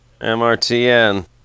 mrtn